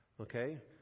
Okay